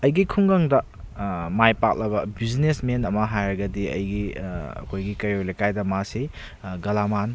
ꯑꯩꯒꯤ ꯈꯨꯡꯒꯪꯗ ꯃꯥꯏ ꯄꯥꯛꯂꯕ ꯕꯤꯖꯤꯅꯦꯁ ꯃꯦꯟ ꯑꯃ ꯍꯥꯏꯔꯒꯗꯤ ꯑꯩꯒꯤ ꯑꯩꯈꯣꯏꯒꯤ ꯀꯩꯔꯣꯏ ꯂꯩꯀꯥꯏꯗ ꯃꯥꯁꯤ ꯒꯂꯥꯃꯥꯟ